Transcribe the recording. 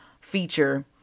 feature